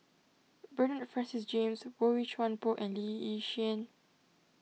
Bernard Francis James Boey Chuan Poh and Lee Yi Shyan